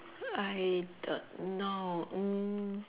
I don't know mm